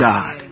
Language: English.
God